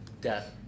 Death